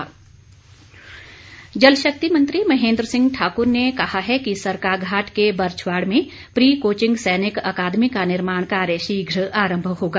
महेन्द्र सिंह जलशक्ति महेन्द्र सिंह ठाकर ने कहा है कि सरकाघाट के बरच्छवाड़ में प्री कोचिंग सैनिक अकादमी का निर्माण कार्य शीघ्र आरंभ होगा